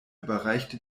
überreichte